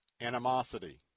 animosity